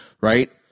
right